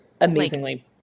amazingly